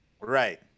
Right